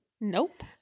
Nope